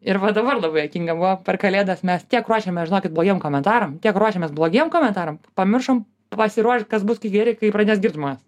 ir va dabar labai juokinga buvo per kalėdas mes tiek ruošiamės žinokit blogiem komentaram tiek ruošiamės blogiem komentaram pamiršom pasiruošt kas bus kai geri kai pradės girt žmonės